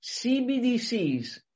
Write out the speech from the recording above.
CBDCs